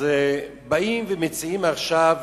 באים ומציעים עכשיו